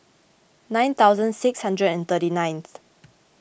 nine thousand six hundred and thirty ninth